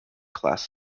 class